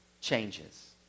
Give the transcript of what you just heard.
changes